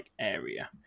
area